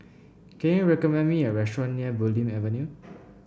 can you recommend me a restaurant near Bulim Avenue